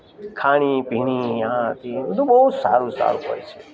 ખાણી પીણી આ તે બધુ બહુ સારું સારું હોય છે